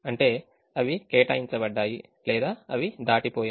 అంటే అవి కేటాయించబడ్డాయి లేదా అవి దాటిపోయాయి